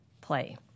play